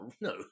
no